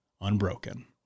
unbroken